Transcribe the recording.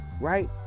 right